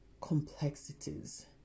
complexities